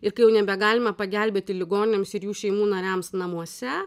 ir kai jau nebegalima pagelbėti ligoniams ir jų šeimų nariams namuose